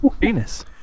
Venus